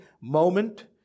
moment